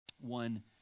One